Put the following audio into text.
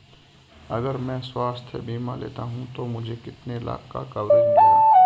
अगर मैं स्वास्थ्य बीमा लेता हूं तो मुझे कितने लाख का कवरेज मिलेगा?